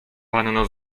panno